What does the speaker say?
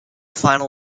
final